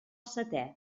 setè